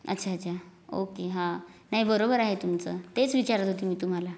अच्छा अच्छा ओके हा नाही बरोबर आहे तुमचं तेच विचारत होती मी तुम्हाला